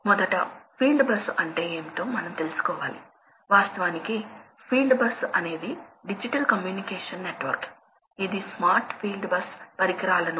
కాబట్టి మీరు ఒక పంపు లేదా ఫ్యాన్ ని ఒక లోడ్ కి ఎప్పుడు ఎలా కనెక్ట్ చేస్తామో చూస్తాము ఆపరేటింగ్ పాయింట్ ఎలా స్థాపించబడిందో ప్రవాహంతో పనిచేసే ప్రెషర్ ఎలా ఉంటుందో మనము చూడబోతున్నాం